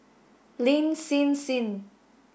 Lin Hsin Hsin